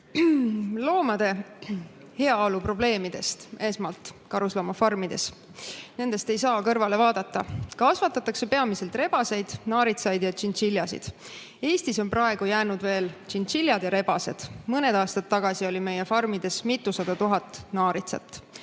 loomade heaolu probleemidest karusloomafarmides, nendest ei saa mööda vaadata. Kasvatatakse peamiselt rebaseid, naaritsaid ja tšintšiljasid. Eestis on praegu jäänud alles veel tšintšiljad ja rebased, ent mõned aastad tagasi oli meie farmides ka mitusada tuhat naaritsat.